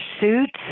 suits